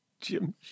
Jim